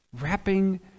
wrapping